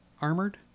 armored